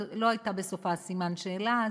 לא היה בסופה סימן שאלה,